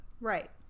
right